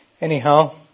anyhow